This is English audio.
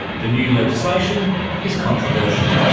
the new legislation is controversial.